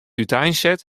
úteinset